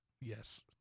Yes